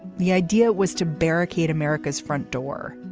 the idea was to barricade america's front door,